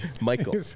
Michael